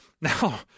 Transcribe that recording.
Now